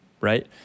right